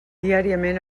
diàriament